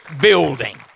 building